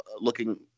looking